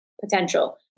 potential